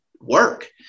work